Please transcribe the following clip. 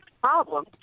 problem